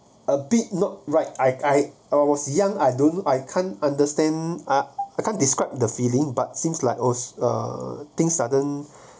a bit not right I I I was young I don't I can't understand uh I can't describe the feeling but seems like us uh things sudden